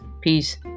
peace